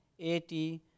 80